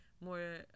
more